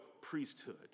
priesthood